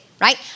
right